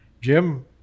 jim